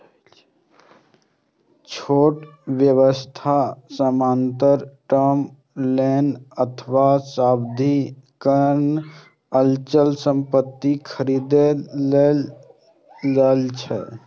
छोट व्यवसाय सामान्यतः टर्म लोन अथवा सावधि ऋण अचल संपत्ति खरीदै लेल लए छै